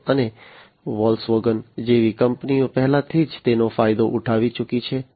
અને ફોક્સવેગન જેવી કંપનીઓ પહેલાથી જ તેનો ફાયદો ઉઠાવી ચૂકી છે